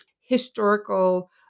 historical